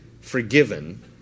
forgiven